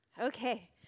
Okay